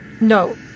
No